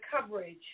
coverage